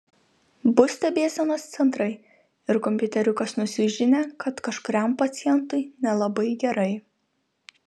bus stebėsenos centrai ir kompiuteriukas nusiųs žinią kad kažkuriam pacientui nelabai gerai